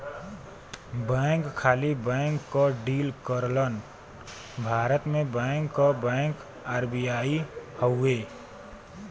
bank खाली bank क deal करलन भारत में बैंक क बैंक आर.बी.आई हउवे